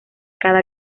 cada